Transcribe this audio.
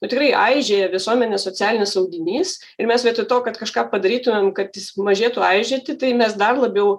nu tikrai aižėja visuomenės socialinis audinys ir mes vietoj to kad kažką padarytumėm kad jis mažėtų aižėti tai mes dar labiau